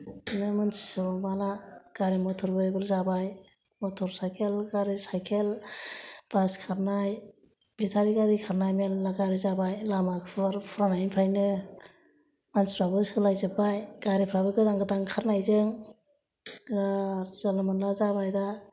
मोन्थिजोबाना गारि मथरबो गोबां जाबाय मथर साइकेल गारि साइकेल बास खारनाय बेथारि गारि खारनाय मेल्ला गारि जाबाय लामा फुवारनायनिफ्रायनो मानसिफ्राबो सोलायजोब्बाय गारिफ्राबो गोदान गोदान ओंखारनायजों ओ जानला मानला जाबाय दा